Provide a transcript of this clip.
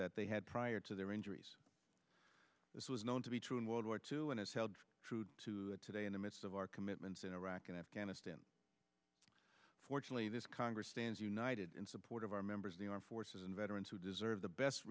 that they had prior to their injuries this was known to be true in world war two and is held true to today in the midst of our commitments in iraq and afghanistan fortunately this congress stands united in support of our members of the armed forces and veterans who deserve the best